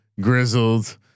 grizzled